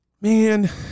man